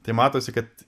tai matosi kad